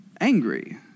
Angry